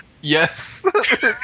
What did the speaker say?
yes